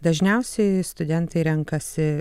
dažniausiai studentai renkasi